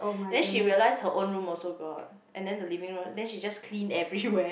then she realise her own room also got and then the living room then she just clean everywhere